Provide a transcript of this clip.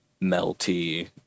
melty